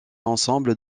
ensemble